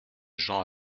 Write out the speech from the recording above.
jean